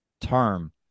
term